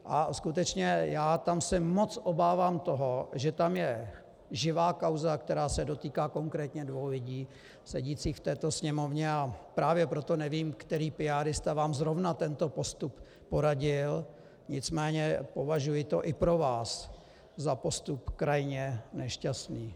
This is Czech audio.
A skutečně já se tam moc obávám toho, že tam je živá kauza, která se dotýká konkrétních dvou lidí sedících v této Sněmovně, a právě proto nevím, který píárista vám zrovna tento postup poradil, nicméně považuji to i pro vás za postup krajně nešťastný.